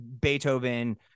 Beethoven